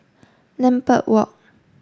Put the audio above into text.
Lambeth Walk